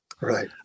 Right